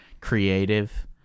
creative